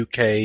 UK